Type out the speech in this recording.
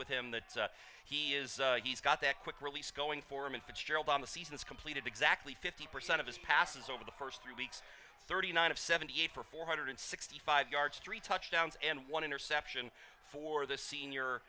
with him that he is he's got that quick release going for him and fitzgerald on the season is completed exactly fifty percent of his passes over the first three weeks thirty nine of seventy eight for four hundred sixty five yards three touchdowns and one interception for the senior